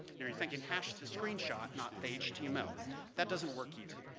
now you're thinking, hash the screen shot, not the html. that doesn't work either.